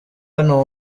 hano